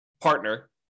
partner